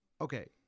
Okay